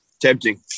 Tempting